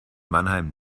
mannheim